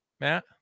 Matt